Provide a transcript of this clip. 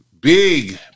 Big